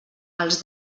els